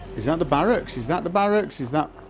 is that the barracks? is that the barracks? is that